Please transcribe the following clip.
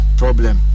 problem